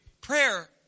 Prayer